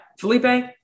Felipe